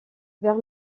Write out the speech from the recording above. vers